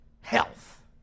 health